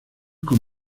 con